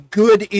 good